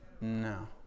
No